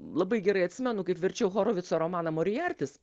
labai gerai atsimenu kaip verčiau horovitzo romaną mariartis